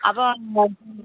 அப்புறம்